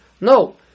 no